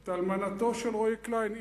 את אלמנתו של רועי קליין.